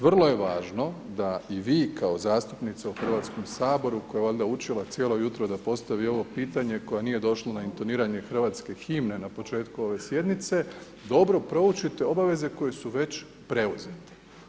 Vrlo je važno da i vi kao zastupnica u Hrvatskom saboru koja je valjda učila cijelo jutro da postavi ovo pitanje koja nije došla na intoniranje hrvatske himne n početku ove sjednice, dobro proučite obaveze koje su već preuzete.